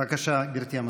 בבקשה, גברתי המזכירה.